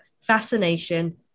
fascination